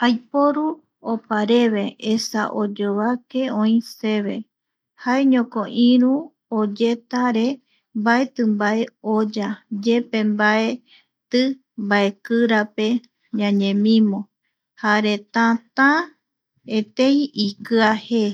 Aiporu opareve, esa oyovake oi seve, jaeñoko iru oyeta re mbaeti mbae oya yepe mbaeti, mbaekirape ñañemimo jare tätä etei ikia je.